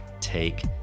take